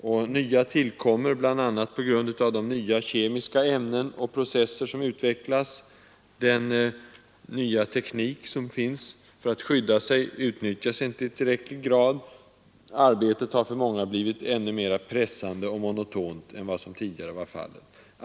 Nya sådana tillkommer bl.a. på grund av de nya kemiska ämnen och processer som utvecklas. Den nya teknik som finns för att skydda sig utnyttjas inte i tillräcklig grad, och arbetet har för många blivit än mera pressande och monotont än vad som tidigare varit fallet.